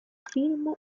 film